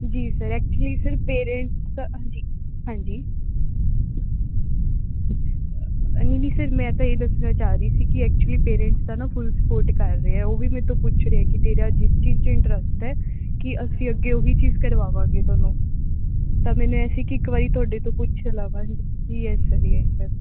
ਜੀ sir actually sir parents ਹਾਂਜੀ ਹਾਂਜੀ ਨਹੀਂ ਨਹੀਂ ਸਰ ਮੈਂ ਤਾਂ ਇਹ ਦੱਸਣਾ ਚਾਹ ਰਹੀ ਸੀ ਕਿ ਐਕਚੁਲੀ ਪੇਰੈਂਟਸ ਤਾਂ ਨਾ ਫੁਲ ਸਪੋਰਟ ਕਰ ਰਹੇ ਆ ਉਹ ਵੀ ਮੇਰੇ ਤੋਂ ਪੁੱਛ ਰਹੇ ਕਿ ਤੇਰਾ ਜਿਸ ਚੀਜ਼ 'ਚ ਇੰਟਰਸਟ ਹੈ ਕਿ ਅਸੀਂ ਅੱਗੇ ਉਹੀ ਚੀਜ਼ ਕਰਵਾਵਾਂਗੇ ਤੁਹਾਨੂੰ ਤਾਂ ਮੈਨੂੰ ਐਂ ਸੀ ਕੀ ਇੱਕ ਵਾਰੀ ਤੁਹਾਡੇ ਤੋਂ ਪੁੱਛ ਲਵਾਂ ਯੈਸ ਸਰ ਯੈਸ ਸਰ